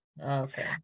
Okay